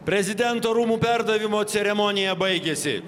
prezidento rūmų perdavimo ceremonija baigėsi